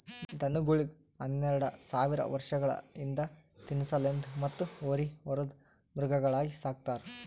ದನಗೋಳಿಗ್ ಹನ್ನೆರಡ ಸಾವಿರ್ ವರ್ಷಗಳ ಹಿಂದ ತಿನಸಲೆಂದ್ ಮತ್ತ್ ಹೋರಿ ಹೊರದ್ ಮೃಗಗಳಾಗಿ ಸಕ್ತಾರ್